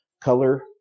color